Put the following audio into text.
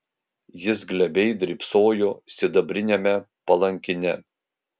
jis glebiai drybsojo sidabriniame palankine